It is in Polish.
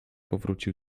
powrócił